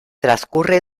transcurre